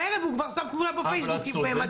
בערב הוא כבר שם תמונה בפייסבוק עם מדים.